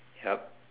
yup